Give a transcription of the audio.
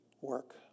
work